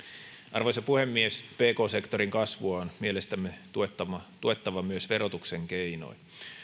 arvoisa puhemies pk sektorin kasvua on mielestämme tuettava tuettava myös verotuksen keinoin